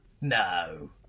No